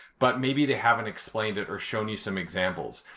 but maybe they haven't explained it or shown you some example.